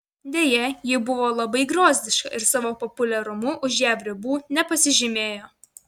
deja ji buvo labai griozdiška ir savo populiarumu už jav ribų nepasižymėjo